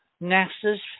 NASA's